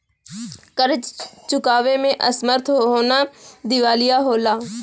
कर्ज़ चुकावे में असमर्थ होना दिवालिया होला